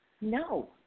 No